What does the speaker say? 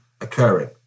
occurring